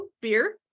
beer